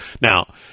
Now